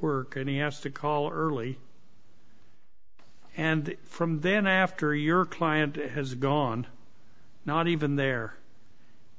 work and he asked to call early and from then after your client has gone not even there